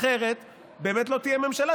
אחרת באמת לא תהיה ממשלה.